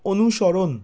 অনুসরণ